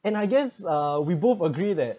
and I guess uh we both agree that